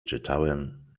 czytałem